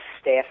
staff